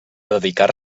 dedicar